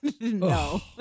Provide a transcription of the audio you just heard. No